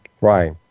Right